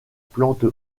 plante